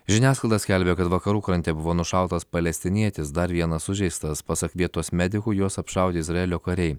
žiniasklaida skelbia kad vakarų krante buvo nušautas palestinietis dar vienas sužeistas pasak vietos medikų juos apšaudė izraelio kariai